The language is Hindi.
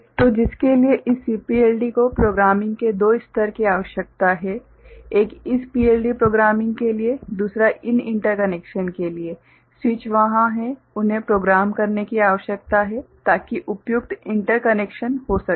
तो जिसके लिए इस CPLD को प्रोग्रामिंग के दो स्तर की आवश्यकता है एक इस PLD प्रोग्रामिंग के लिए है दूसरा इन इंटरकनेक्शन के लिए है स्विच वहां हैं उन्हें प्रोग्राम करने की आवश्यकता है ताकि उपयुक्त इंटरकनेक्शन हो सकें